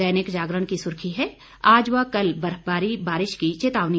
दैनिक जागरण की सुर्खी है आज व कल बर्फबारी बारिश की चेतावनी